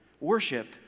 Worship